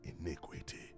iniquity